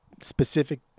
specific